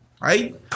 Right